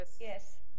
Yes